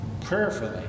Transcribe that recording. prayerfully